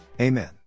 Amen